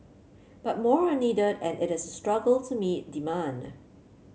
but more are needed and it is struggle to meet demand